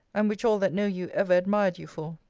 and which all that know you ever admired you for.